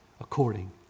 according